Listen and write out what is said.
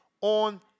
on